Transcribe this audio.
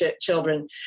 children